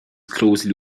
closely